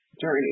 journey